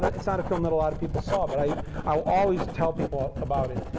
but it's not a film that a lot of people saw, but i'll i'll always tell people about it.